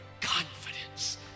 confidence